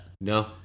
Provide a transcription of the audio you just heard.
No